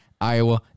Iowa